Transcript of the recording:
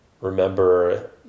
remember